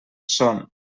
són